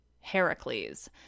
Heracles